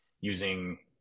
Using